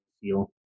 feel